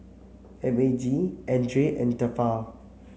M A G Andre and Tefal